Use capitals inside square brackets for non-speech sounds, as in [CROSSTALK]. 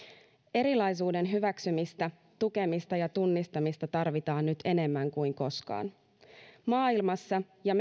erilaisuuden hyväksymistä tukemista ja tunnistamista tarvitaan nyt enemmän kuin koskaan maailmassa ja [UNINTELLIGIBLE]